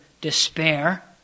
despair